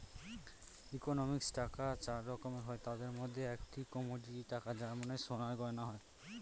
ইকোনমিক্সে টাকা চার রকমের হয় তাদের মধ্যে একটি কমোডিটি টাকা যার মানে সোনার গয়না হয়